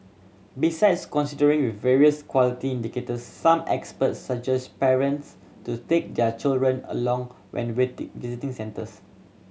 besides considering various quality indicators some experts suggest parents to take their children along when visiting centres